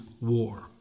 war